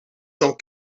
cent